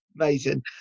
amazing